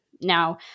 Now